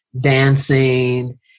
dancing